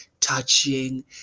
touching